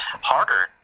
harder